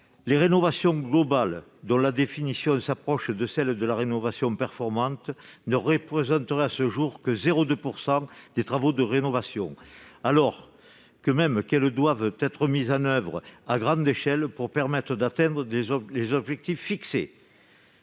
Les rénovations globales, dont la définition s'approche de celle de la rénovation performante, ne représenteraient à ce jour que 0,2 % des travaux de rénovation, alors même qu'elles doivent être mises en oeuvre à grande échelle pour permettre d'atteindre les objectifs fixés.